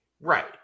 Right